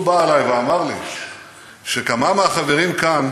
הוא בא אלי ואמר לי שכמה מהחברים כאן,